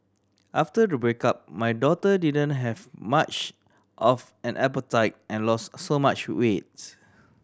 after the breakup my daughter didn't have much of an appetite and lost so much weights